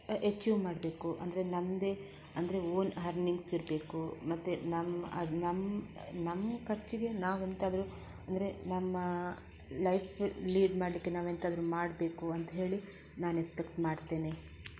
achieve ಮಾಡಬೇಕು ಅಂದರೆ ನನ್ನದೇ ಅಂದರೆ ಓನ್ ಹರ್ನಿಂಗ್ಸ್ ಇರಬೇಕು ಮತ್ತು ನಮ್ಮ ಅದು ನಮ್ಮ ನಮ್ಮ ಖರ್ಚಿಗೆ ನಾವೆಂತಾದ್ರು ಅಂದರೆ ನಮ್ಮ ಲೈಫ್ ಲೀಡ್ ಮಾಡಲಿಕ್ಕೆ ನಾವೆಂತಾದ್ರೂ ಮಾಡಬೇಕು ಅಂತ ಹೇಳಿ ನಾನು ಎಸ್ಪೆಕ್ಟ್ ಮಾಡ್ತೇನೆ